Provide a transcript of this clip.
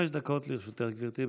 חמש דקות לרשותך, גברתי.